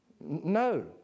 No